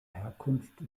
herkunft